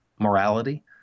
morality